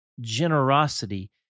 generosity